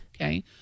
Okay